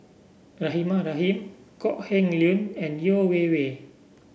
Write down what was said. Rahimah Rahim Kok Heng Leun and Yeo Wei Wei